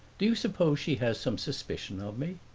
do you suppose she has some suspicion of me?